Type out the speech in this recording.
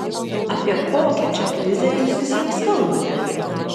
apie kokią čia krizę jūs visiems kalbate